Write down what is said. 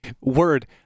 word